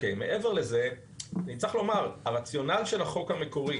מעבר לזה, צריך לומר הרציונל של החוק המקורי